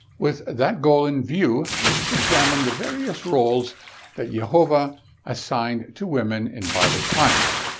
with that goal in view, let us examine the various roles that yehovah assigned to women in bible times.